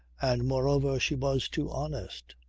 and moreover she was too honest.